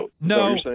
No